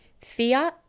Fear